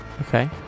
Okay